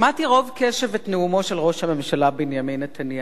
שמעתי ברוב קשב את נאומו של ראש הממשלה בנימין נתניהו,